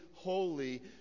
Holy